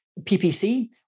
PPC